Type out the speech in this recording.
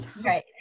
Right